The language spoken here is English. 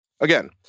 again